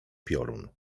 piorun